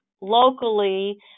locally